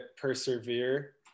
persevere